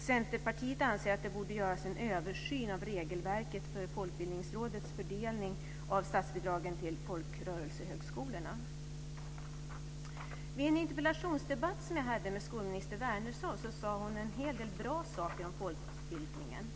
Centerpartiet anser att det borde göras en översyn av regelverket för Folkbildningsrådets fördelning av statsbidragen till rörelsefolkhögskolorna. Vid en interpellationsdebatt som jag hade med skolminister Wärnersson sade hon en hel del bra saker om folkbildningen.